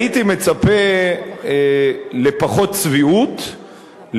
הייתי מצפה לפחות צביעות,